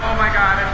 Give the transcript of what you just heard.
my god,